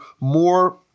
more